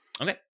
Okay